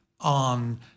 on